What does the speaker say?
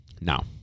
Now